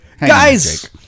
Guys